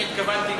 אני התכוונתי,